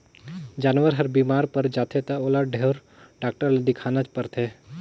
जानवर हर बेमार पर जाथे त ओला ढोर डॉक्टर ल देखाना परथे